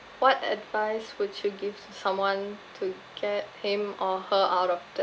what advice would you give s~ someone to get him or her out of debt